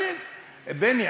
בני,